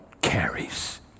carries